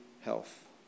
health